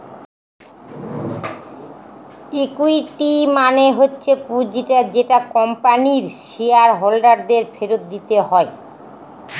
equity মানে হচ্ছে পুঁজিটা যেটা কোম্পানির শেয়ার হোল্ডার দের ফেরত দিতে হয়